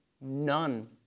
none